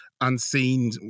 unseen